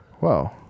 Wow